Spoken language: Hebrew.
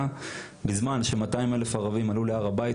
בזמן ש-200,000 ערבים עלו להר הבית,